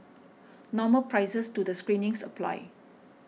normal prices to the screenings apply